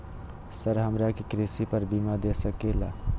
Sir हमरा के कृषि पर बीमा दे सके ला?